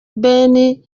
ben